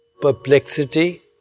perplexity